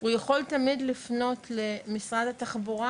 הוא יכול תמיד לפנות למשרד התחבורה